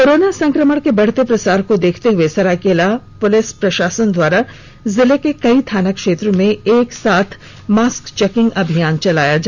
corona संक्रमण के बढ़ते प्रसार को देखते हुए सरायकेला पुलिस प्रशासन द्वारा जिले के कई थाना क्षेत्र में एक साथ मास्क चेकिंग अभियान चलाया गया